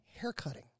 haircutting